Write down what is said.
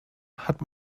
hat